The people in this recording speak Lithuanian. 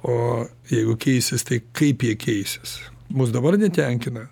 o jeigu keisis tai kaip jie keisis mus dabar tenkina